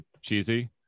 cheesy